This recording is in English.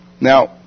Now